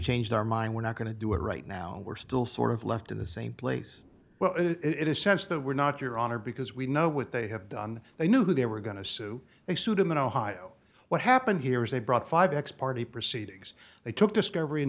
changed our mind we're not going to do it right now we're still sort of left in the same place well it is sense that we're not your honor because we know what they have done they knew they were going to sue they sued him in ohio what happened here is they brought five x party proceedings they took discovery in